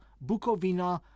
Bukovina